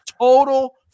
Total